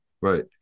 Right